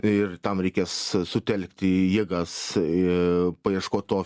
ir tam reikės sutelkti jėgas ir paieškot to